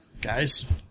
Guys